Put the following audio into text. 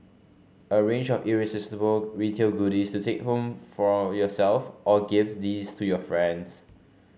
a range of irresistible retail goodies to take home for yourself or gift these to your friends